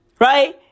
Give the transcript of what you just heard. Right